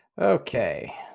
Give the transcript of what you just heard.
Okay